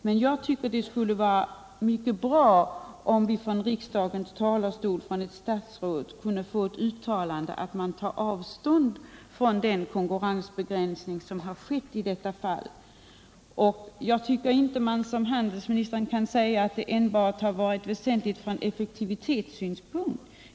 Men jag tycker det skulle vara mycket bra om vi från riksdagens talarstol kunde få ett uttalande av ett statsråd att han tar avstånd från den konkurrensbegränsning som har skett i detta fall. Jag tycker inte att man — som handelsministern gör — enbart kan säga att det från effektivitetssynpunkt är väsentligt med konkurrens.